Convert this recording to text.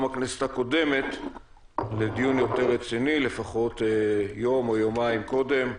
הכנסת הקודמת לדיון יותר רציני לפחות יום או יומיים קודם.